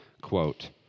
quote